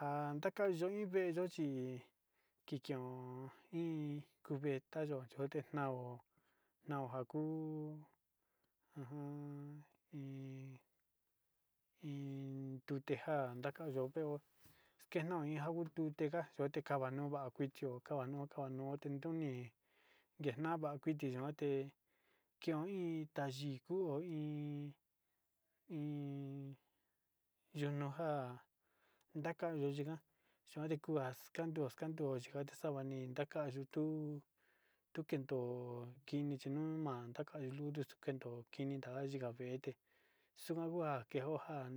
Ino stakueyo nta`yo ku kuanño in sa`ama o sa`ao in ja chituyo nta`ayo yute sava